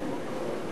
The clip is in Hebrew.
נתקבל.